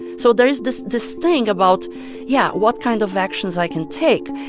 so there is this this thing about yeah, what kind of actions i can take.